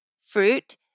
fruit